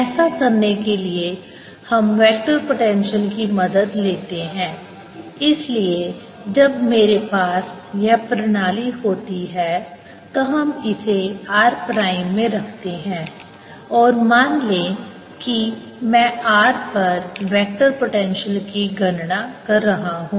ऐसा करने के लिए हम वेक्टर पोटेंशियल की मदद लेते हैं इसलिए जब मेरे पास यह प्रणाली होती है तो हम इसे r प्राइम में रखते हैं और मान लें कि मैं r पर वेक्टर पोटेंशियल की गणना कर रहा हूं